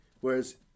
Whereas